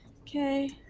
Okay